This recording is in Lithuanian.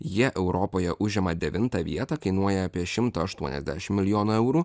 jie europoje užima devintą vietą kainuoja apie šimtą aštuoniasdešimt milijonų eurų